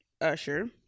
Usher